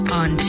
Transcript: on